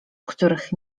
których